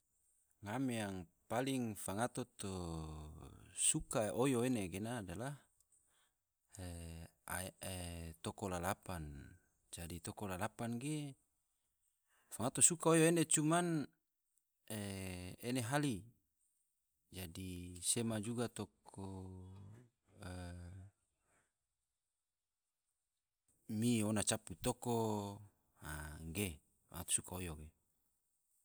Ngam yang paling fangato to suka oyo ene gena, toko lalapan, jadi toko lalapan ge fangato suka oyo ena cuman ene hali, jadi sema juga toko ona mi capu ona toko, a nege fangato suka oyo ge